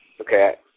Okay